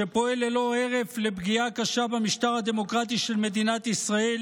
שפועל ללא הרף לפגיעה קשה במשטר הדמוקרטי של מדינת ישראל,